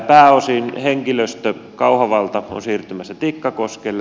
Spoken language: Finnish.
pääosin henkilöstö kauhavalta on siirtymässä tikkakoskelle